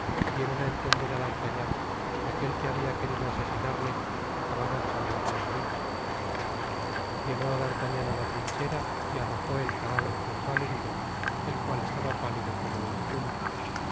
dieron á entender á d'artagnan que aquel que habia querido asesinarle acababa de salvarle la vida llegó d'artagnan á la trinchera y arrojó el cadáver junto al herido el cual estaba pálido como un difunto